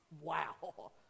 Wow